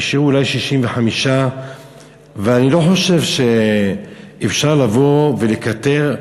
נשארו אולי 65. ואני לא חושב שאפשר לבוא ולקטר.